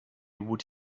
would